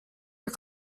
are